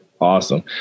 Awesome